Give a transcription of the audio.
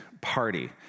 party